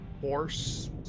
horse